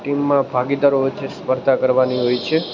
ટીમમાં ભાગીદારો હોય છે સ્પર્ધા કરવાની હોય છે